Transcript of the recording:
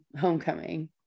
homecoming